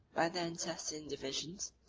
by their intestine divisions,